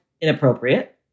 inappropriate